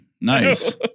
Nice